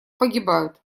погибают